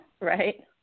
Right